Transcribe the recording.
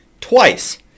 twice